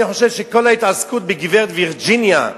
אני חושב שכל ההתעסקות בגברת וירג'יניה,